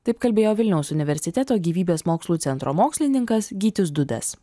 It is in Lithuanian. taip kalbėjo vilniaus universiteto gyvybės mokslų centro mokslininkas gytis dudas